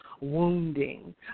wounding